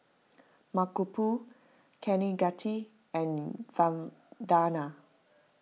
Mankombu Kaneganti and Vandana